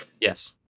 Yes